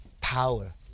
power